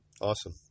awesome